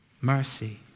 Mercy